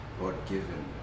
God-given